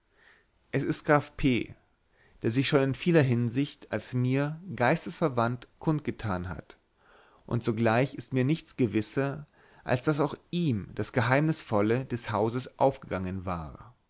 es ist graf p der sich schon in vieler hinsicht als mir geistesverwandt kundgetan hat und sogleich ist mir nichts gewisser als daß auch ihm das geheimnisvolle des hauses aufgegangen war